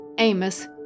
Amos